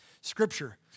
Scripture